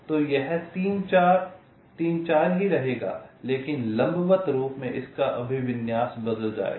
तो यह 3 4 3 4 ही रहेगा लेकिन लंबवत रूप से इसका अभिविन्यास बदल जाएगा